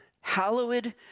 hallowed